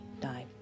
died